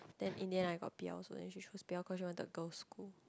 then in the end I got p_l also then she chose p_l cause she wanted girls' school